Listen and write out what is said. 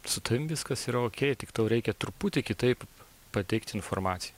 su tavim viskas yra okei tik tau reikia truputį kitaip pateikt informaciją